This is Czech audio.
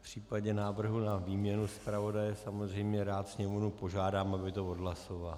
V případě návrhu na výměnu zpravodaje samozřejmě rád Sněmovnu požádám, aby to odhlasovala.